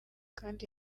kandi